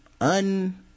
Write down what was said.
un